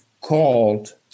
called